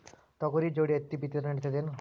ತೊಗರಿ ಜೋಡಿ ಹತ್ತಿ ಬಿತ್ತಿದ್ರ ನಡಿತದೇನು?